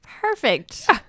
Perfect